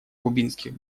кубинских